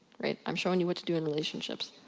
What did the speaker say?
right? i'm showing you what to do in relationships.